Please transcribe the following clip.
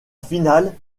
finale